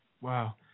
Wow